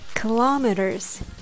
Kilometers